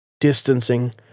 distancing